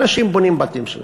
אנשים בונים את הבתים שלהם.